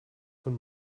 von